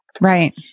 Right